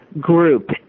group